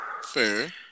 Fair